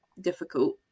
difficult